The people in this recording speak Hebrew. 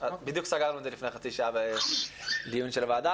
בדיוק סגרנו את זה לפני חצי שנה בדיון של הוועדה.